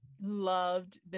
loved